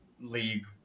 League